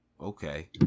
Okay